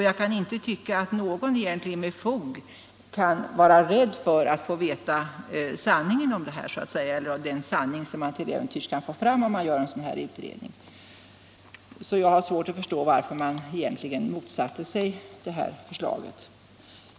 Jag kan inte förstå att någon med fog har anledning att vara rädd för den sanning som man till äventyrs kan få fram genom en sådan här undersökning. Jag har därför svårt att förstå varför man har motsatt sig detta förslag.